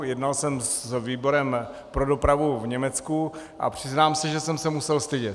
Jednal jsem s výborem pro dopravu v Německu a přiznám se, že jsem se musel stydět.